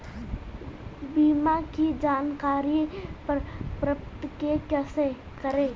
बीमा की जानकारी प्राप्त कैसे करें?